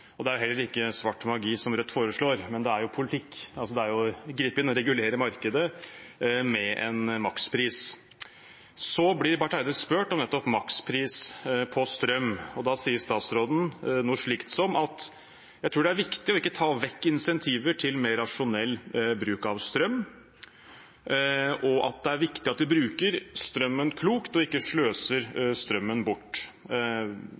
Det er heller ikke svart magi, det som Rødt foreslår; det er politikk. Det er å gripe inn og regulere markedet med en makspris. Bart Eide blir i intervjuet spurt om nettopp makspris på strøm. Da sier statsråden: jeg tror det er viktig å ikke ta vekk insentiver til mer rasjonell bruk av strøm». Og videre: «Da er det viktig at vi bruker strømmen klokt og ikke sløser den bort.»